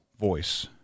voice